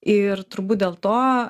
ir turbūt dėl to